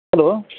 hello